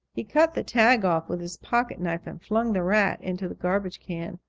he cut the tag off with his pocket-knife and flung the rat into the garbage can.